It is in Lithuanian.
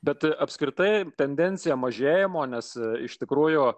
bet apskritai tendencija mažėjimo nes iš tikrųjų